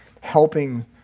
helping